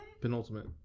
Penultimate